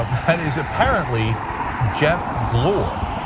um that is apparently jeff glor.